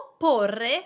opporre